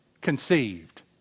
conceived